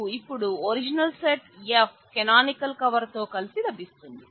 మనకు ఇపుడు original set F canonical cover తో కలిపి లభిస్తుంది